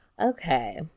Okay